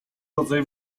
rodzaj